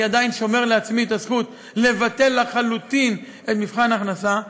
אני עדיין שומר לעצמי את הזכות לבטל לחלוטין את מבחן ההכנסה,